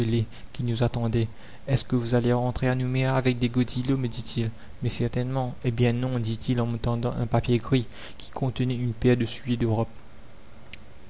qui nous attendait est-ce que vous allez entrer à nouméa avec des godillots me dit-il mais certainement eh bien non dit-il en me tendant un papier gris qui contenait une paire de souliers d'europe